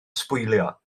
sbwylio